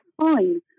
fine